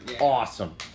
Awesome